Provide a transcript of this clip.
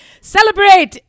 Celebrate